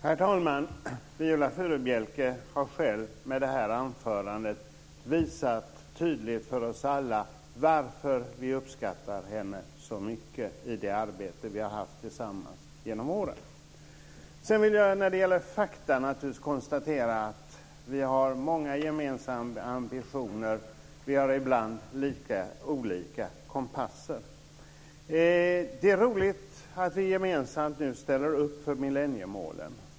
Herr talman! Viola Furubjelke har själv med det här anförandet tydligt visat för oss alla varför vi uppskattar henne så mycket i det arbete som vi har haft tillsammans genom åren. När det sedan gäller fakta vill jag naturligtvis konstatera att vi har många gemensamma ambitioner men att vi ibland har lite olika kompasser. Det är roligt att vi nu gemensamt ställer oss bakom milleniemålen.